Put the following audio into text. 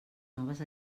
noves